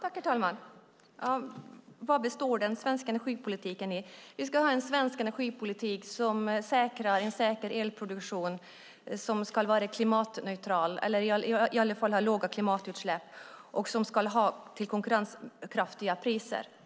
Herr talman! Vad består den svenska energipolitiken i? Vi ska ha en svensk energipolitik som tryggar en säker elproduktion som ska vara klimatneutral eller i alla fall ha låga klimatutsläpp och göra detta till konkurrenskraftiga priser.